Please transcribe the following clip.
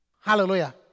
Hallelujah